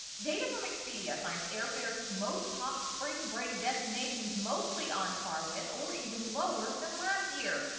data from expedia finds airfares to most top spring break destinations mostly on par with or even lower than last year.